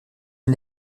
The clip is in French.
une